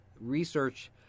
research